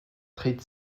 tritt